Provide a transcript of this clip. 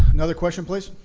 another question please?